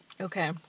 Okay